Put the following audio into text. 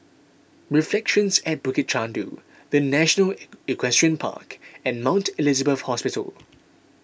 Reflections at Bukit Chandu the National Equestrian Park and Mount Elizabeth Hospital